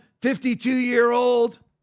52-year-old